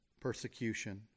persecution